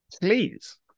Please